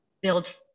build